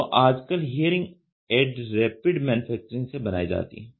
तो आजकल hearing aid rapid manufacturing से बनाई जाती हैं